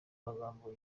amagambo